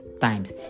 times